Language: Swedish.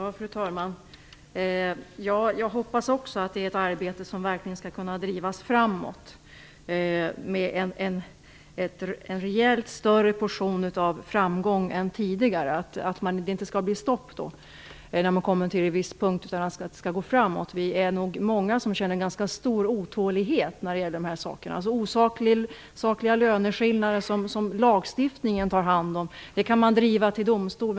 Fru talman! Jag hoppas också att det är ett arbete som verkligen kan drivas framåt med en rejält större framgång än tidigare och att det inte blir något stopp vid en viss punkt. Vi är nog många som känner stor otålighet i dessa saker. Osakliga löneskillnader som lagstiftningen tar hand om kan drivas till domstol.